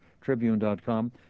tribune.com